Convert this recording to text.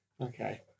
Okay